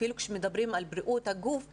אפילו כשמדברים שר הבריאות ומשרד הבריאות על בריאות